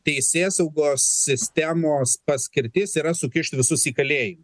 teisėsaugos sistemos paskirtis yra sukišt visus į kalėjimą